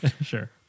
Sure